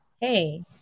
Hey